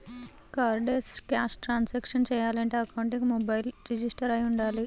cardless cash transactions చెయ్యాలంటే అకౌంట్కి mobile register అయ్యి వుండాలి